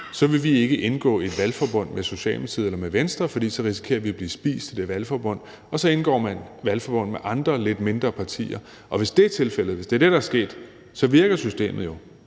små, vil de ikke indgå i et valgforbund med Socialdemokratiet eller med Venstre, for så risikerer de at blive spist af det valgforbund, og så indgår man valgforbund med andre lidt mindre partier. Hvis det er tilfældet, og hvis det er det, der er sket, så virker systemet jo,